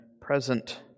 present